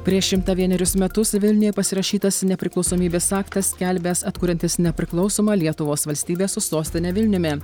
prieš šimtą vienerius metus vilniuje pasirašytas nepriklausomybės aktas skelbęs atkuriantis nepriklausomą lietuvos valstybę su sostine vilniumi